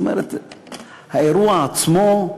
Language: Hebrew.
האירוע עצמו,